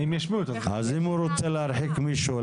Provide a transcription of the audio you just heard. אם הוא רוצה להרחיק מישהו,